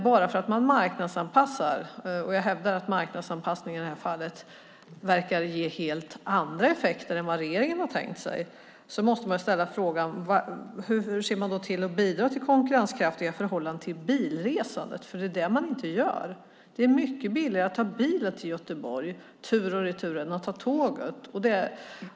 När man marknadsanpassar - och jag hävdar att marknadsanpassningen i det här fallet verkar ge helt andra effekter än vad regeringen har tänkt sig - måste man ställa frågan: Hur ser vi till att bidra till konkurrenskraftiga förhållanden gentemot bilresandet? Det är det man inte gör. Det är mycket billigare att ta bilen till Göteborg tur och retur än att ta tåget.